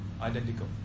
identical